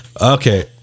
Okay